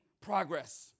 progress